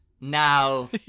now